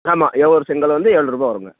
ஆமாம் எவ்வளோ ஒரு செங்கல் வந்து ஏழ்ரூபா வருங்க